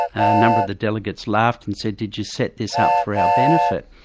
a number of the delegates laughed and said did you set this up for our benefit?